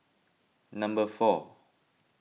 number four